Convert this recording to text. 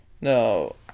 No